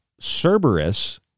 Cerberus